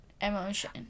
emotion